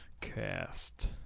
cast